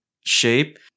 shape